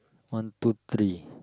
one two three